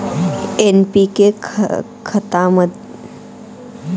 NPK खतामध्ये तीन पोषक तत्व म्हणजे नायट्रोजन, फॉस्फरस आणि पोटॅशियम असते